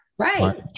Right